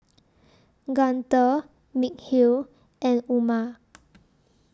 Guntur Mikhail and Umar